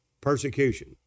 persecution